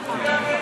אירופית.